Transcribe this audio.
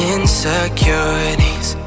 Insecurities